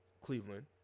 Cleveland